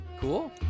Cool